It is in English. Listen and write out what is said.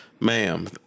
Ma'am